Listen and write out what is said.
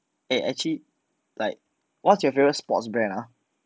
eh actually like what's your favorite sports brand ah